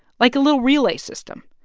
like a little relay system.